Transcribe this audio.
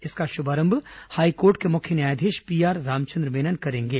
इसका शुभारंभ हाईकोर्ट के मुख्य न्यायाधीश पीआर रामचन्द्र मेनन करेंगे